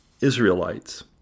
Israelites